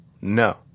no